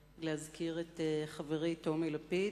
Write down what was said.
להזכיר את חברי טומי לפיד,